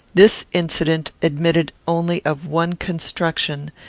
this incident admitted only of one construction,